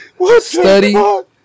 study